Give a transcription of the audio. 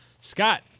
Scott